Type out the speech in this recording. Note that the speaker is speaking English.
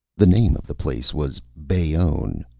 the name of the place was bayonne.